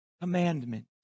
commandment